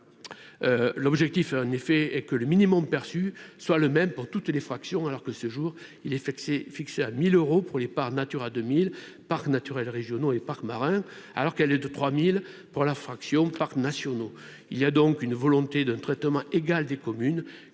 l'objectif est, en effet, et que le minimum perçu, soit le même pour toutes les fractions alors que jours il est fixé, fixé à 1000 euros pour les par Natura 2000 parcs naturels régionaux et parcs marins alors qu'elle est de 3000 pour la fraction parcs nationaux, il y a donc une volonté d'un traitement égal des communes